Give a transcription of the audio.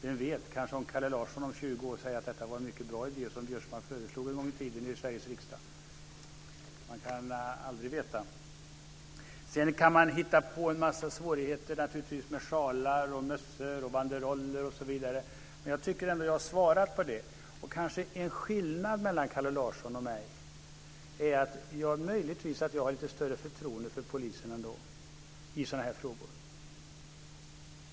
Vem vet, kanske Kalle Larsson om 20 år säger att det var en mycket bra idé som Karl-Göran Biörsmark föreslog en gång i tiden i Sveriges riksdag. Man kan aldrig veta. Sedan kan man naturligtvis hitta på en massa svårigheter med sjalar, mössor, banderoller, osv., men jag tycker att jag har svarat på detta. En skillnad mellan Kalle Larsson och mig kanske är att jag har lite större förtroende för polisen i sådana här frågor.